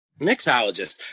Mixologist